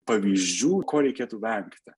pavyzdžių ko reikėtų vengti